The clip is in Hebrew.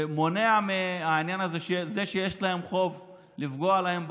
ומונע מזה שיש להם חוב לפגוע להם ברישיון,